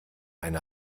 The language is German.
eine